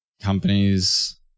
companies